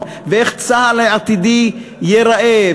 ואיך צה"ל העתידי ייראה,